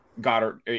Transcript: Goddard